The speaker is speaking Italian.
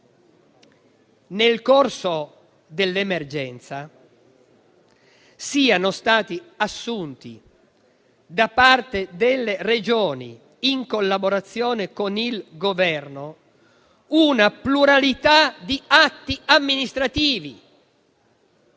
nel corso dell'emergenza siano stati assunti da parte delle Regioni, in collaborazione con il Governo, una pluralità di atti amministrativi,